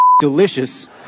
delicious